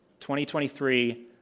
2023